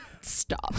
Stop